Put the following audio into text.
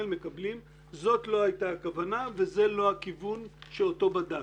מקבלים אבל לא זאת הייתה הכוונה וזה לא הכיוון שאותו בדקנו.